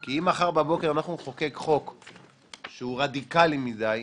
כי אם מחר בבוקר נחוקק חוק שהוא רדיקלי מדיי,